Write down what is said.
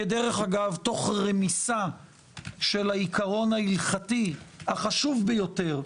כדרך אגב תוך רמיסת העיקרון ההלכתי החשוב ביותר,